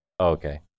Okay